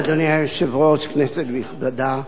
אדוני היושב-ראש, כנסת נכבדה,